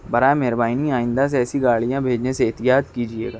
برائے مہربانی آئندہ سے ایسی گاڑیاں بھیجنے سے احتیاط کیجیے گا